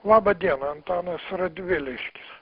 laba diena antanas radviliškis